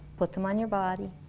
put them on your body